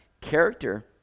character